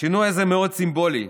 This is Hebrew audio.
השינוי הזה מאוד סימבולי,